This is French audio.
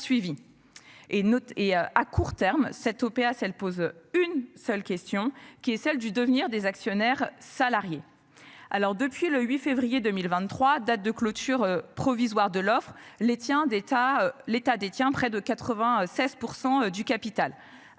et à court terme. Cette OPA elle pose une seule question qui est celle du devenir des actionnaires salariés. Alors depuis le 8 février 2023, date de clôture provisoire de l'offre les tiens d'État, l'État détient près de 96% du capital,